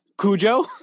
Cujo